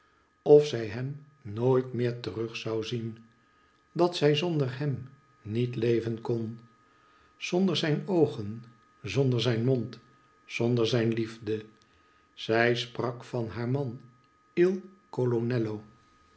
of zij hem nooit meer terug zou zien dat zij zonder hem niet leven kon zonder zijn oogen zonder zijn mond zonder zijn liefde zij sprak van haar man